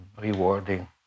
rewarding